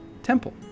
temple